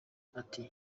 ati